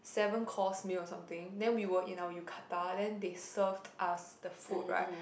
seven course meal or something then we were in our yukata then they served us the food right